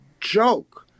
joke